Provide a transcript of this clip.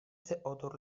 theodor